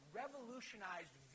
revolutionized